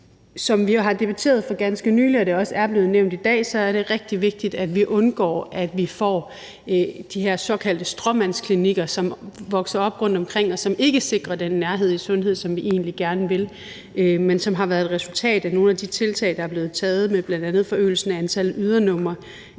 Som vi jo har debatteret for ganske nylig, og det er også blevet nævnt i dag, er det rigtig vigtigt, at vi undgår at få de her såkaldte stråmandsklinikker, som vokser op rundtomkring, og som ikke sikrer den nærhed i sundhed, som vi egentlig gerne vil, men som har været et resultat af nogle af de tiltag, der er blevet taget, med bl.a. forøgelsen af antal ydernumre,